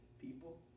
people